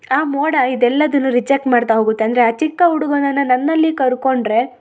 ಆ ಮೋಡ ಇದೆಲ್ಲದನ್ನೂ ರಿಜೆಕ್ಟ್ ಮಾಡ್ತ ಹೋಗುತ್ತೆ ಅಂದರೆ ಆ ಚಿಕ್ಕ ಹುಡುಗನನ್ನು ನನ್ನಲ್ಲಿ ಕರ್ಕೊಂಡ್ರೆ